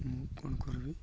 ମୁଁ କ'ଣ କରିବି